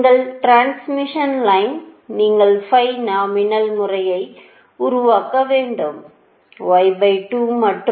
நீங்கள் டிரான்ஸ்மிஷன் லைனுக்காக நீங்கள் பை நாமினல் முறையை உருவாக்க வேண்டும் மற்றும்